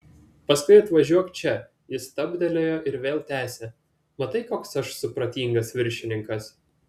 paskui atvažiuok čia jis stabtelėjo ir vėl tęsė matai koks aš supratingas viršininkas